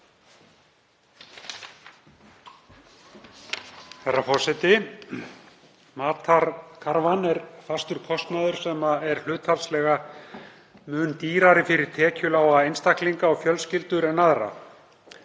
Herra forseti. Matarkarfan er fastur kostnaður sem er hlutfallslega mun hærri fyrir tekjulága einstaklinga og fjölskyldur þeirra